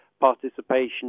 participation